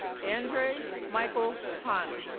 andre michael hahn